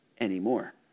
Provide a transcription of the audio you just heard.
anymore